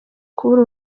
kubura